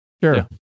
Sure